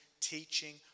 teaching